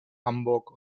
hamburg